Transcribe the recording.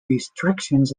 restrictions